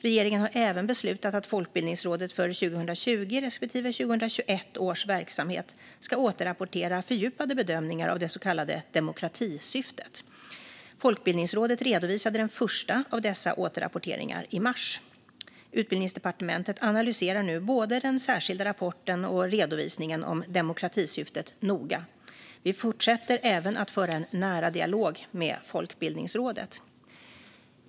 Regeringen har även beslutat att Folkbildningsrådet för 2020 respektive 2021 års verksamhet ska återrapportera fördjupade bedömningar av det så kallade demokratisyftet. Folkbildningsrådet redovisade den första av dessa återrapporteringar i mars. Utbildningsdepartementet analyserar nu både den särskilda rapporten och redovisningen om demokratisyftet noga. Vi fortsätter även att föra en nära dialog med Folkbildningsrådet.